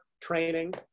training